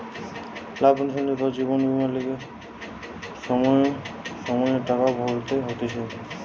life insurance বা জীবন বীমার লিগে সময়ে সময়ে টাকা ভরতে হতিছে